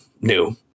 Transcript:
new